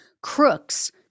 crooks